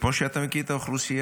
כמו שאתה מכיר את האוכלוסייה,